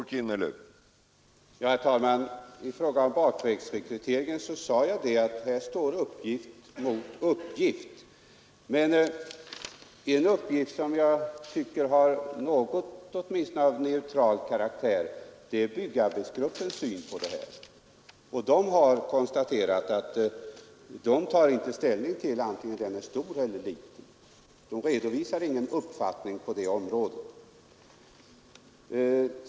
Herr talman! I fråga om bakvägsrekryteringen sade jag att här står uppgift mot uppgift. Men en uppgift som jag tycker åtminstone har något av neutral karaktär är byggarbetsgruppens syn på saken, och de som ingår i den gruppen har konstaterat att de inte tar ställning till frågan vare sig den är stor eller liten — de redovisar ingen uppfattning på det området.